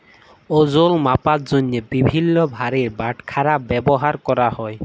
ওজল মাপার জ্যনহে বিভিল্ল্য ভারের বাটখারা ব্যাভার ক্যরা হ্যয়